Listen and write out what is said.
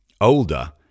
older